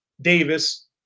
Davis